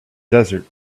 desert